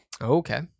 Okay